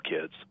kids